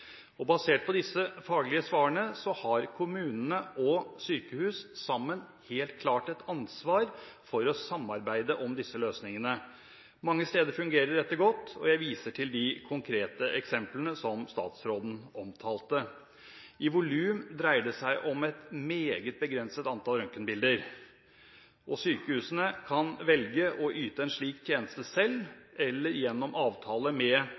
Basert på de faglige svarene har kommune og sykehus sammen helt klart et ansvar for å samarbeide om disse løsningene. Mange steder fungerer dette godt, og jeg viser til de konkrete eksemplene som statsråden omtalte. I volum dreier det seg om et meget begrenset antall røntgenbilder. Sykehusene kan velge å yte en slik tjeneste selv eller gjennom avtale med